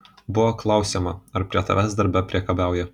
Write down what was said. buvo klausiama ar prie tavęs darbe priekabiauja